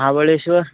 Mahabaleshwar